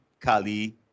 Kali